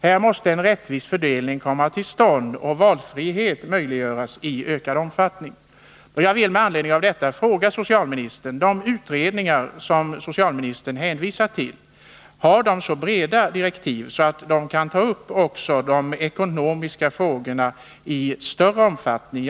Här måste en rättvis fördelning komma till stånd och valfrihet möjliggöras i ökad omfattning. Jag vill med anledning av detta fråga socialministern: Har de utredningar socialministern hänvisat till så breda direktiv att de kan behandla också de ekonomiska frågorna i större omfattning?